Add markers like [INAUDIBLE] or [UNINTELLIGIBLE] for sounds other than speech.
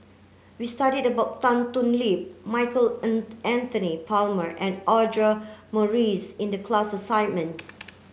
we studied about Tan Thoon Lip Michael [UNINTELLIGIBLE] Anthony Palmer and Audra Morrice in the class assignment